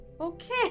okay